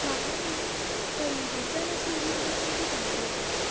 म्हाका बीन पयलीच्यान अशी उमेद नाशिल्ली झाडां रोवपाची